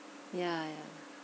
ya ya